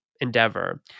endeavor